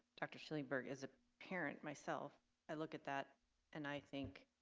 dr. schillingburg as a parent myself i look at that and i think